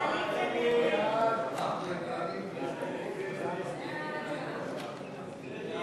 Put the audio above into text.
ההסתייגות של קבוצת סיעת יהדות התורה, קבוצת סיעת